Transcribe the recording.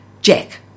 Jack